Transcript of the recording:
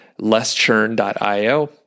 lesschurn.io